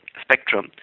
spectrum